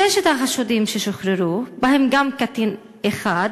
מששת החשודים ששוחררו, ובהם גם קטין אחד,